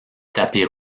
tapis